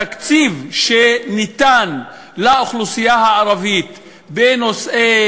התקציב שניתן לאוכלוסייה הערבית בנושאי